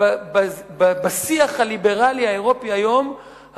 בשיח הליברלי האירופי היום,